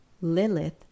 Lilith